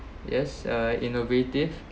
yes uh innovative